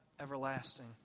everlasting